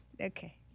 Okay